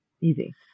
Easy